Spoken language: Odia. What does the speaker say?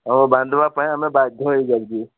ଆଉ ବାନ୍ଧିବା ପାଇଁ ଆମେ ବାଧ୍ୟ ହେଇ ଯାଉଛୁ